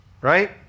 right